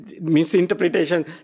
misinterpretation